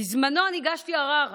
בזמנו אני הגשתי ערר,